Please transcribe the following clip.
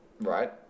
right